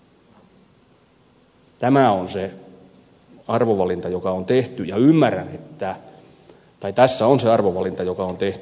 tämä on se arvovalinta joka on tehty tai tässä on se arvovalinta joka on tehty